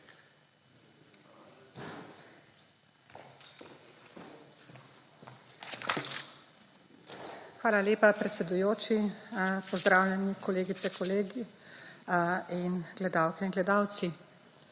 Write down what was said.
Hvala lepa, predsedujoči. Pozdravljeni, kolegice, kolegi in gledalke in gledalci!